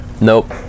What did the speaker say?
nope